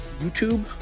YouTube